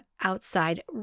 outside